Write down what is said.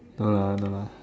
no lah no lah